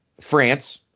France